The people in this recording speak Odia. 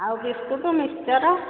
ଆଉ ବିସ୍କୁଟ୍ ମିକ୍ସଚର୍